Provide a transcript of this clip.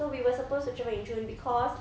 so we supposed to travel in june cause